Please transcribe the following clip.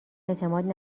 اعتماد